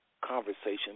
conversation